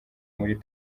muri